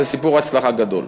זה סיפור הצלחה גדול,